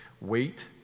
wait